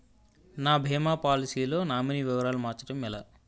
నా భీమా పోలసీ లో నామినీ వివరాలు మార్చటం ఎలా?